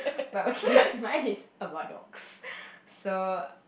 but okay mine is about dogs so